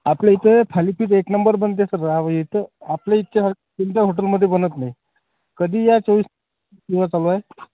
आपल्या इथे थालीपीठ एक नंबर बनते सर आव इथे आपल्या इथच्या कोणत्याच हॉटेलमध्ये बनत नाही कधीही या चोवीस तास सेवा चालू आहे